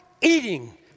eating